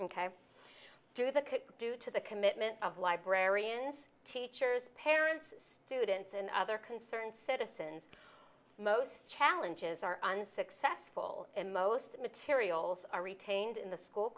could due to the commitment of librarians teachers parents students and other concerned citizens most challenges are unsuccessful and most materials are retained in the school